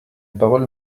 parole